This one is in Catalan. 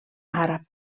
àrab